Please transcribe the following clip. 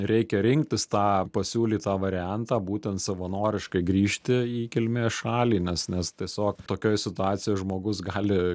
reikia rinktis tą pasiūlytą variantą būtent savanoriškai grįžti į kilmės šalį nes nes tiesiog tokioj situacijoj žmogus gali